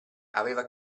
aveva